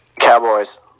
Cowboys